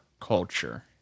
culture